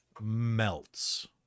melts